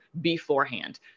beforehand